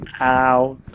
Ow